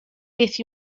beth